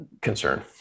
concern